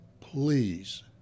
Please